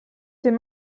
c’est